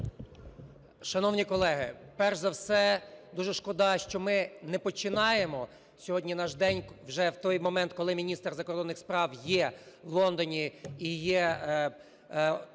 Шановні колеги, перш за все, дуже шкода, що ми не починаємо сьогодні наш день вже в той момент, коли міністр закордонних справ є в Лондоні і є